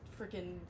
freaking